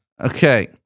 Okay